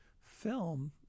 film